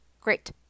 Great